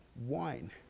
wine